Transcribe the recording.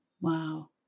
Wow